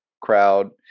crowd